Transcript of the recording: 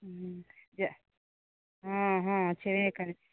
हॅं हॅं हॅं छैहे